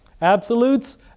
Absolutes